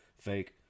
fake